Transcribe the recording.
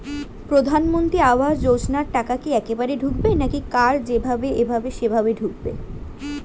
প্রধানমন্ত্রী আবাস যোজনার টাকা কি একবারে ঢুকবে নাকি কার যেভাবে এভাবে সেভাবে ঢুকবে?